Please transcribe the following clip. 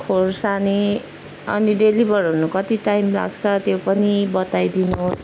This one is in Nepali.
खोर्सानी अनि डेलिभर हुनु कति टाइम लाग्छ त्यो पनि बताइदिनुहोस्